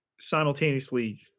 simultaneously